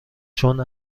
چون